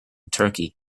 turkey